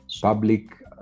Public